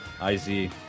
I-Z